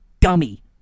dummy